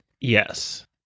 Yes